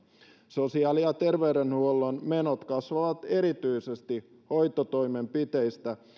sosiaali ja terveydenhuollon menot kasvavat erityisesti hoitotoimenpiteistä